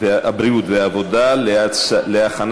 והבריאות להכנה